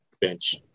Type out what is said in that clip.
bench